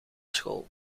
school